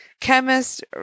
Chemist